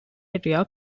area